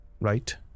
Right